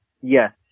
Yes